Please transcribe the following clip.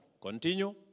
Continue